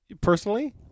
Personally